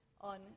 on